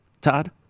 Todd